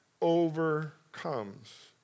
overcomes